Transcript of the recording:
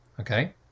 Okay